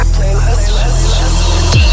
Playlist